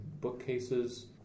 bookcases